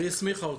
היא הסמיכה אותי.